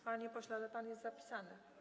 Panie pośle, ale pan jest zapisany.